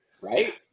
Right